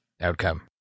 outcome